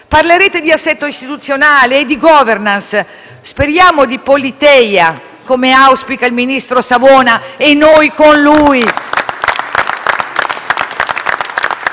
Parlerete di assetto istituzionale e di *governance*, speriamo di *politeia*, come auspica il ministro Savona, e noi con lui!